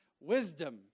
wisdom